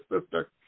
sister